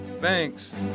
Thanks